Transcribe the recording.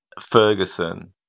Ferguson